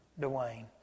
Dwayne